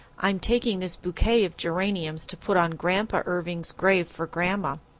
i'm taking this bouquet of geraniums to put on grandpa irving's grave for grandma.